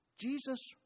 Jesus